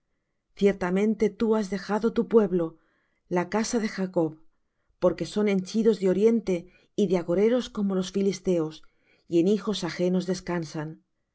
ciertamente tú has dejado tu pueblo la casa de jacob porque son henchidos de oriente y de agoreros como los filisteos y en hijos ajenos descansan